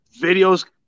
videos